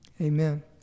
amen